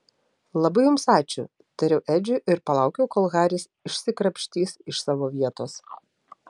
labai jums ačiū tariau edžiui ir palaukiau kol haris išsikrapštys iš savo vietos